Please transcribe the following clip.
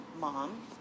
mom